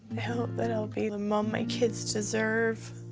that i'll be the mom my kids deserve.